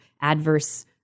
adverse